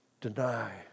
deny